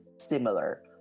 similar